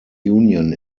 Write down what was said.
union